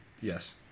Yes